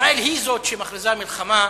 ישראל היא זאת שמכריזה מלחמה,